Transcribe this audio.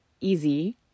easy